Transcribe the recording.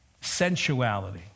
Sensuality